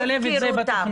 אנחנו נשלב את זה בתוכנית.